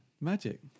magic